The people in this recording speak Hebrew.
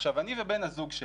עכשיו, אני ובן הזוג שלי,